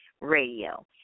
radio